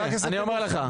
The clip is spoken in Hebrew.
הנה, אני אומר לך.